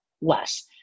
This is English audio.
less